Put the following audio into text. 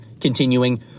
continuing